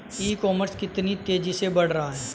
ई commerce कितनी तेजी से बढ़ रहा है?